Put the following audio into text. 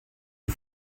you